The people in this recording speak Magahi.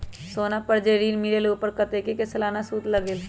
सोना पर जे ऋन मिलेलु ओपर कतेक के सालाना सुद लगेल?